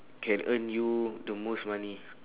can earn you the most money